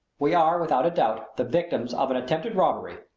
we are, without a doubt, the victims of an attempted robbery.